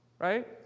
right